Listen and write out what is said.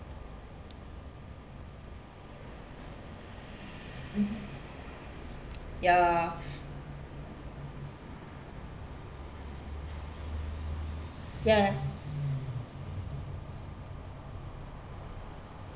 mm ya yes